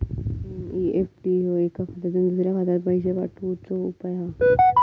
NEFT ह्यो एका खात्यातुन दुसऱ्या खात्यात पैशे पाठवुचो उपाय हा